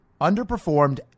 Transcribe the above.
underperformed